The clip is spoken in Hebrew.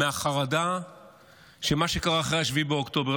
מהחרדה ממה שקרה אחרי 7 באוקטובר.